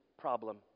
problem